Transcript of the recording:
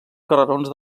carrerons